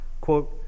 Quote